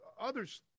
others